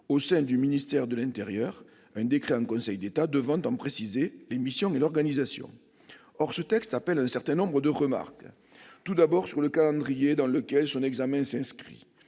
au sein du ministère de l'intérieur, un décret en Conseil d'État devant en préciser les missions et l'organisation. Ce texte appelle un certain nombre de remarques, tout d'abord sur le calendrier dans lequel son examen s'inscrit,